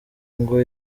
ngo